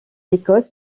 écosse